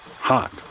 hot